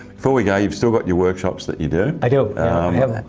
before we go you've still got your workshops that you do. i do. i have